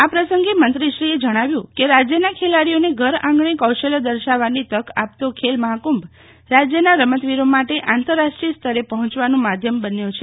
આ પ્રસંગે મંત્રીશ્રીએ જણાવ્યું કે રાજ્યના ખેલાડીઓને ઘર આંગણે કૌશલ્ય દર્શાવવાની તક આપતો ખેલ મહાકુંભ રાજ્યના રમતવીરો માટે આંતરરાષ્ટ્રીય સ્તર પહોંચવાનું માધ્યમ બન્યા છે